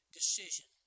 decision